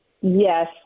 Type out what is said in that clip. Yes